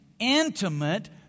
intimate